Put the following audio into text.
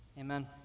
Amen